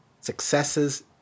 successes